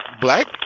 black